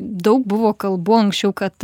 daug buvo kalbų anksčiau kad